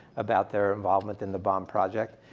about their involvement in the bomb project.